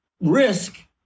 risk